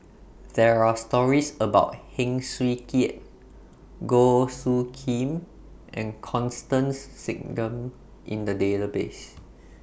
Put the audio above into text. There Are stories about Heng Swee Keat Goh Soo Khim and Constance Singam in The Database